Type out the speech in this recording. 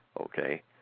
Okay